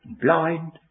blind